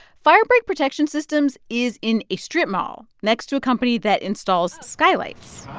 fire break protection systems is in a strip mall next to a company that installs skylights